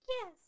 Yes